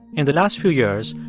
in the last few years,